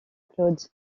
claude